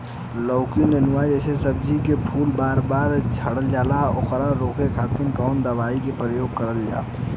लौकी नेनुआ जैसे सब्जी के फूल बार बार झड़जाला ओकरा रोके खातीर कवन दवाई के प्रयोग करल जा?